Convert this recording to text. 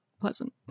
pleasant